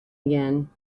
again